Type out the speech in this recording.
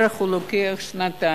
הוא לוקח בערך שנתיים,